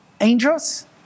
angels